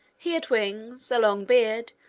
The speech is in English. he had wings, a long beard,